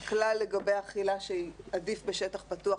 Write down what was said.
הכלל לגבי אכילה שעדיף בשטח פתוח,